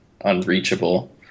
unreachable